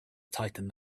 tightened